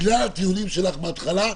אבל בגלל הטיעונים שלך בהתחלה,